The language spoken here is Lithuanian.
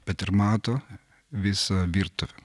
bet ir mato visą virtuvę